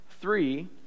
three